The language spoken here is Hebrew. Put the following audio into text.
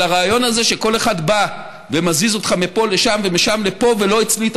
אבל הרעיון הזה שכל אחד בא ומזיז אותך מפה לשם ומשם לפה: לא אצלי,